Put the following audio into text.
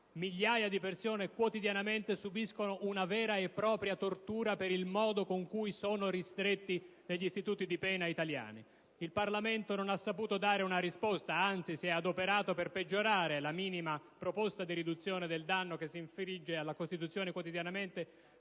Migliaia di persone quotidianamente subiscono una vera e propria tortura per il modo con cui sono ristrette negli istituti di pena italiani. Il Parlamento non ha saputo dare una risposta, anzi si è adoperato per peggiorare la minima proposta di riduzione del danno che si infligge quotidianamente